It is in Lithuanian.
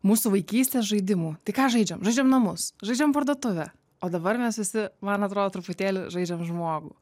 mūsų vaikystės žaidimų tai ką žaidžiam žaidžiam namus žaidžiam parduotuvę o dabar mes visi man atrodo truputėlį žaidžiam žmogų